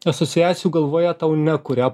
asociacijų galvoje tau nekuria